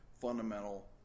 fundamental